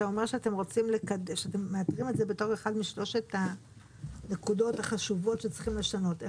אתה אומר שאתם מאתרים את זה כאחת משלוש הנקודות החשובות שצריכים לשנות.